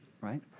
right